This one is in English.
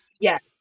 Yes